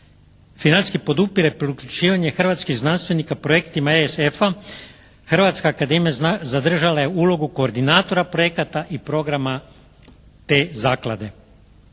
financijski podupire priključivanje hrvatskih znanstvenika projektima ESF-a Hrvatska akademija zadržala je ulogu koordinatora projekata i programa te zaklade.